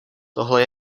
tohle